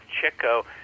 Chico